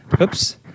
oops